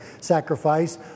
sacrifice